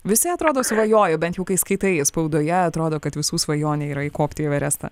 visi atrodo svajoja bent jau kai skaitai spaudoje atrodo kad visų svajonė yra įkopti į everestą